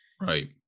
Right